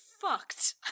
fucked